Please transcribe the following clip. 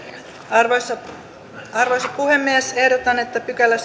arvoisa puhemies ehdotan että seitsemäskymmenesensimmäinen e pykälä